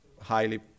highly